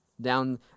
down